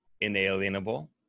inalienable